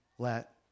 let